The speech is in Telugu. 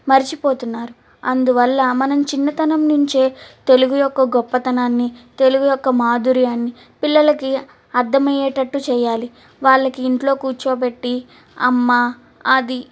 మర్చిపోతున్నారు అందువల్ల మనం చిన్నతనం నుంచే తెలుగు యొక్క గొప్పతనాన్ని తెలుగు యొక్క మాధుర్యాన్ని పిల్లలకి అర్థమయ్యేటట్టు చెయ్యాలి వాళ్లకి ఇంట్లో కూర్చోబెట్టి అమ్మ అది